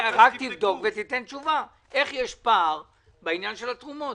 רק תבדוק ותיתן תשובה איך יש פער בעניין התרומות.